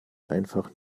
einfach